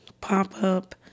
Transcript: pop-up